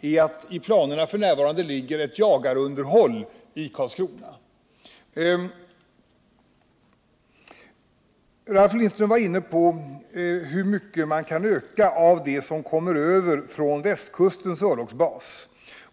Det beror på att i planerna f.n. ligger ett jagarunderhåll i Karlskrona. Ralf Lindström var inne på hur stor ökning det kan bli för Karlskronavarvets del med anledning av flyttningen från Västkustens örlogsbas.